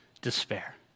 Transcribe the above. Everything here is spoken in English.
despair